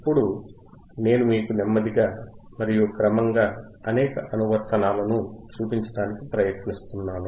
ఇప్పుడు నేను మీకు నెమ్మదిగా మరియు క్రమంగా అనేక అనువర్తనాలను చూపించడానికి ప్రయత్నిస్తున్నాను